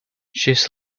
she’s